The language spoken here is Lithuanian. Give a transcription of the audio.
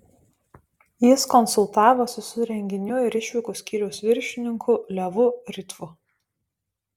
jis konsultavosi su renginių ir išvykų skyriaus viršininku levu ritvu